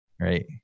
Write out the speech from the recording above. Right